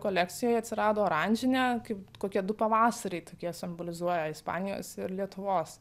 kolekcijoj atsirado oranžinė kaip kokie du pavasariai tokie simbolizuoja ispanijos ir lietuvos